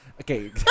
Okay